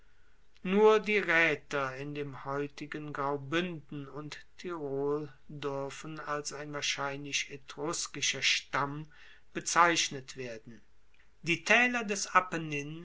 nur die raeter in dem heutigen graubuenden und tirol duerfen als ein wahrscheinlich etruskischer stamm bezeichnet werden die taeler des